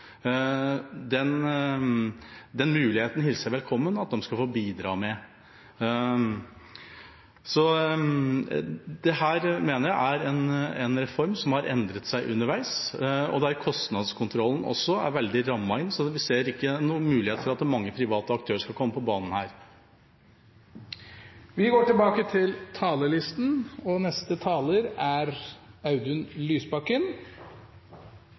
Den muligheten hilser jeg velkommen at de skal få bidra med. Så dette mener jeg er en reform som har endret seg underveis, og der kostnadskontrollen også er veldig rammet inn, så vi ser ingen mulighet for at mange private aktører skal komme på banen her. Replikkordskiftet er omme. Den reformen vi